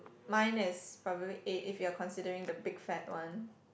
mine is probably eight if you are considering the big fat one